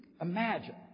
imagine